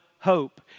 Hope